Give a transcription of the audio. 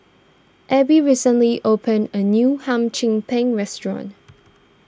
Abie recently opened a new Hum Chim Peng restaurant